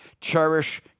cherish